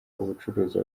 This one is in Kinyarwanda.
ubucuruzi